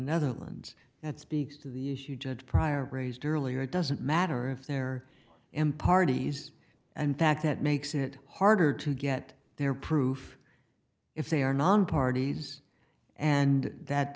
netherlands that speaks to the issue judge prior raised earlier it doesn't matter if they're him parties and fact that makes it harder to get their proof if they are non parties and that